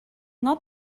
not